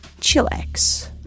chillax